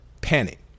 panic